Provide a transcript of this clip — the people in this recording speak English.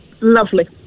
Lovely